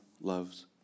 loves